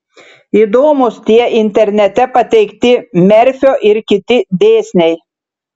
įdomūs tie internete pateikti merfio ir kiti dėsniai